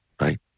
right